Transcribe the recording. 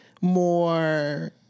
more